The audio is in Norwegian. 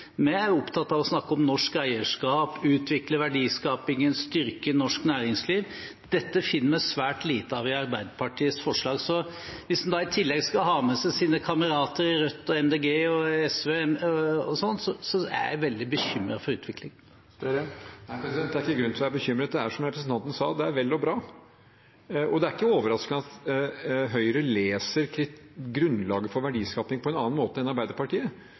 Vi er opptatt av å snakke om norsk eierskap, utvikle verdiskapingen, styrke norsk næringsliv. Dette finner vi svært lite av i Arbeiderpartiets forslag. Hvis han da i tillegg skal ha med seg sine kamerater i Rødt, Miljøpartiet De Grønne og SV, er jeg veldig bekymret for utviklingen. Det er ingen grunn til å være bekymret. Det er, som representanten sa, vel og bra. Det er ikke overraskende at Høyre leser grunnlaget for verdiskaping på en annen måte enn Arbeiderpartiet.